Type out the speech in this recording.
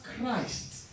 Christ